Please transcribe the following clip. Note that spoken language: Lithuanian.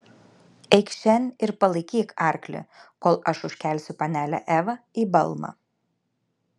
eikš šen ir palaikyk arklį kol aš užkelsiu panelę evą į balną